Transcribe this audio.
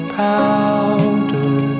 powder